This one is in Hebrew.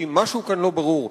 כי משהו כאן לא ברור.